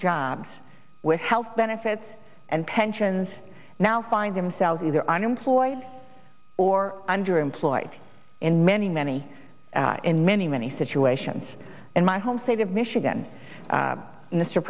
jobs with health benefits and pensions now find themselves either unemployed or underemployed in many many in many many situations in my home state of michigan